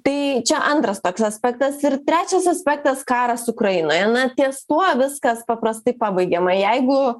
tai čia antras toks aspektas ir trečias aspektas karas ukrainoje na ties tuo viskas paprastai pabaigiama jeigu